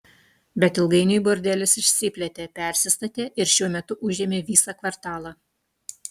bet ilgainiui bordelis išsiplėtė persistatė ir šiuo metu užėmė visą kvartalą